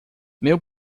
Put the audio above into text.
meu